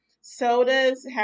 Sodas